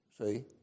See